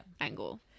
angle